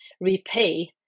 repay